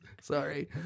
Sorry